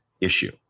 issue